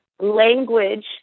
language